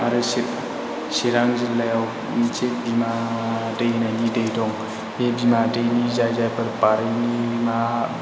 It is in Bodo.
आरो चिरां जिल्लायाव मोनसे बिमा दैमानि दै दं बे बिमा दैनि जाय जायफोर